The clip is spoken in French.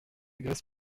graisse